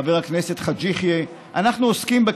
וחבר הכנסת חאג' יחיא, עוסקים בהם.